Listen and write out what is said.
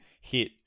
hit